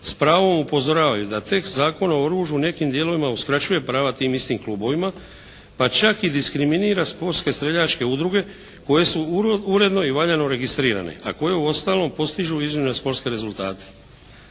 s pravom upozoravaju da tekst Zakona o oružju u nekim dijelovima uskraćuje prava tim istim klubovima pa čak i diskriminira sportske streljačke udruge koje su uredno i valjano registrirane, a koje uostalom postižu iznimne sportske rezultate.